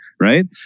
Right